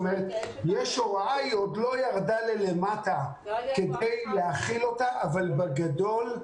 יש הוראה שעוד לא ירדה למטה כדי להחיל אותה אבל בגדול,